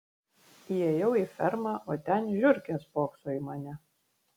įėjau į fermą o ten žiurkė spokso į mane